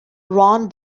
ron